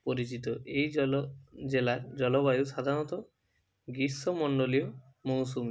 পরিচিত এই জলো জেলার জলবায়ু সাধারণত গ্রীষ্ম মণ্ডলীয় মৌসুমি